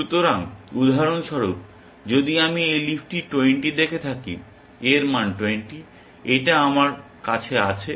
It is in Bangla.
সুতরাং উদাহরণস্বরূপ যদি আমি এই লিফটি 20 দেখে থাকি এর মান 20 এটা আমার কাছে আছে